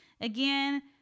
Again